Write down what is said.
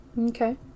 Okay